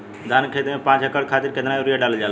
धान क खेती में पांच एकड़ खातिर कितना यूरिया डालल जाला?